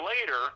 later